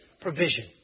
provision